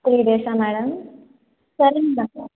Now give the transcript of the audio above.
three డేసా madam సరే madam